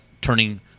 turning